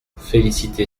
félicité